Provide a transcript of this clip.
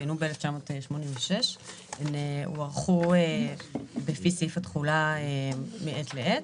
הותקנו ב-1986, והוארכו לפי סעיף התחולה מעת לעת.